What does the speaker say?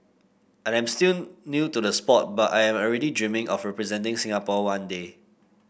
I am still new to the sport but I am already dreaming of representing Singapore one day